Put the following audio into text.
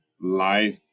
life